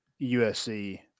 USC